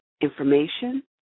information